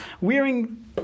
wearing